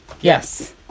Yes